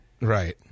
Right